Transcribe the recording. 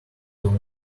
will